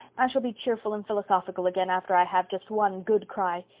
i shall be cheerful and philosophical again after i have just one good cry.